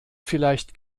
vielleicht